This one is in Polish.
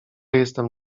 jestem